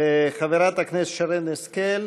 חברת הכנסת שרן השכל,